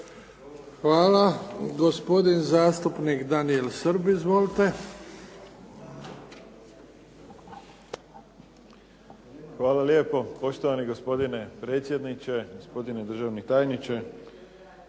Hvala. Gospodin zastupnik Danijel Srb. Izvolite. **Srb, Daniel (HSP)** Hvala lijepo. Poštovani gospodine predsjedniče, gospodine državni tajniče.